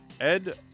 Ed